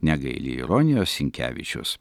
negaili ironijos sinkevičius